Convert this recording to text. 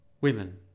Women